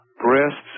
breasts